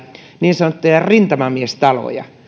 niin sanottuja rintamamiestaloja